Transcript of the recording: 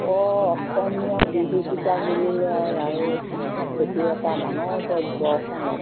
অ অসমীয়া বিহু কিতাপ বুলিলে আৰু সেইটো এটা ডাঙৰ অসমত